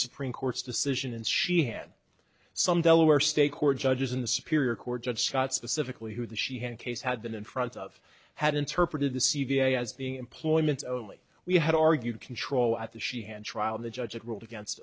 supreme court's decision and she had some delaware state court judges in the superior court judge shot specifically who the she had a case had been in front of had interpreted the c v a as being employments only we had argued control at the she had trial the judge ruled against